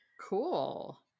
Cool